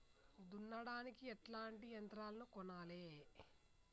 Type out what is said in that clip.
దున్నడానికి ఎట్లాంటి యంత్రాలను కొనాలే?